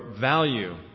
value